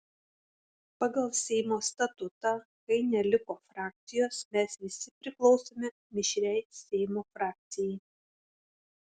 pagal seimo statutą kai neliko frakcijos mes visi priklausome mišriai seimo frakcijai